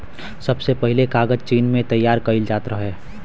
सबसे पहिले कागज चीन में तइयार कइल जात रहे